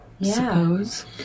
suppose